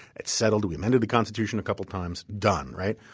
it's settled. we amended the constitution a couple of times. done, right?